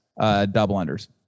double-unders